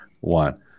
One